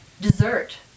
dessert